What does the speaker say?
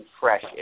fresh